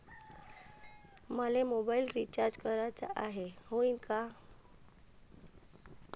मले mobile recharge कराचा हाय, होईनं का?